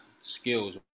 Skills